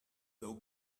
thou